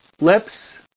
lips